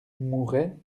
mouret